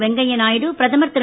வெங்கையா நாயுடுஇ பிரதமர் திரு